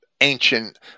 ancient